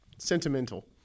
Sentimental